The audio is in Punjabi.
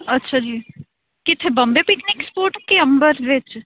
ਅੱਛਾ ਜੀ ਕਿੱਥੇ ਬੰਬੇ ਪਿਕਨਿਕ ਸਪੋਟ ਕਿ ਅੰਬਰ ਵਿੱਚ